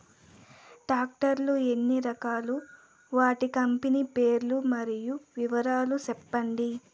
Tractor లు ఎన్ని రకాలు? వాటి కంపెని పేర్లు మరియు వివరాలు సెప్పండి?